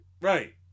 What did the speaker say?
right